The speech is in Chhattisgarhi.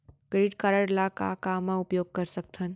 क्रेडिट कारड ला का का मा उपयोग कर सकथन?